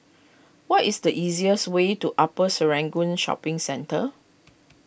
what is the easiest way to Upper Serangoon Shopping Centre